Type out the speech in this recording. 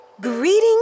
Greetings